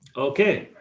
okay.